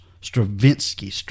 Stravinsky